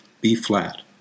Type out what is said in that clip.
B-flat